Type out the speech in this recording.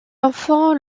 enfants